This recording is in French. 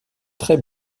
très